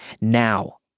Now